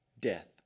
death